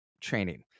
training